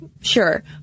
sure